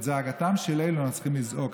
את זעקתם של אלה אנחנו צריכים לזעוק.